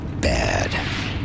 bad